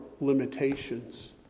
limitations